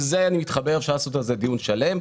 לזה אני מתחבר ואפשר לעשות על זה דיון שלם.